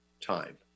time